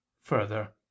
Further